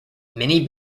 many